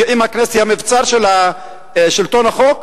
אם הכנסת היא המבצר של שלטון החוק,